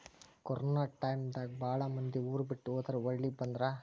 corona time ದಾಗ ಬಾಳ ಮಂದಿ ಊರ ಬಿಟ್ಟ ಹೊದಾರ ಹೊಳ್ಳಿ ಬಂದ್ರ